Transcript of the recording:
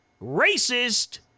racist